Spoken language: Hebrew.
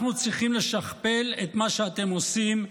אנחנו צריכים לשכפל את מה שאתם עושים,